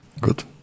Good